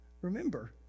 Remember